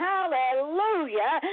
Hallelujah